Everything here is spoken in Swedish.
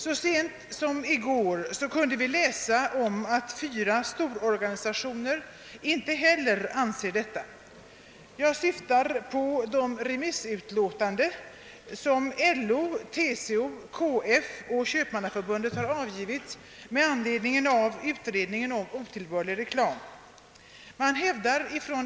Så sent som i går kunde vi läsa att fyra stora organisationer inte heller anser detta. Jag syftar på de remissutlåtanden som LO, TCO, KF och Sveriges köpmannaförbund har avgivit med an ledning av utredningen om otillbörlig reklam.